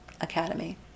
academy